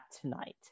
tonight